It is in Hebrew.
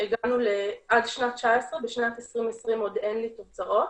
עד 2019, בשנת 2020 עוד אין לי תוצאות,